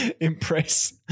impress